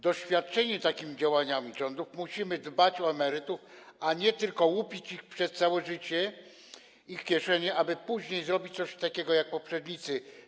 Doświadczeni takimi działaniami rządu musimy dbać o emerytów, a nie tylko łupić ich przez całe życie, ich kieszenie, aby później zrobić coś takiego jak poprzednicy.